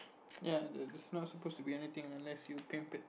ya the smell's supposed to be anything unless you pimp it